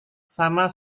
sama